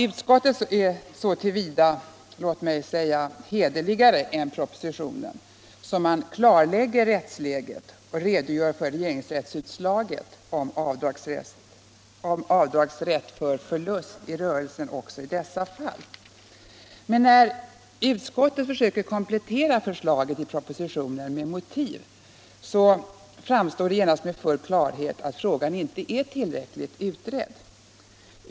Utskottet är så till vida låt mig säga hederligare än propositionen att man klarlägger rättsläget och redogör för regeringsrättsutslaget om avdragsrätt för förlust i rörelse också i detta fall. Men när utskottet försöker komplettera förslaget i propositionen med motiv framstår det genast med full klarhet att frågan inte är tillräckligt utredd.